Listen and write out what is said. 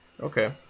okay